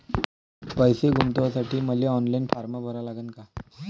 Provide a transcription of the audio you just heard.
पैसे गुंतवासाठी मले ऑनलाईन फारम भरा लागन का?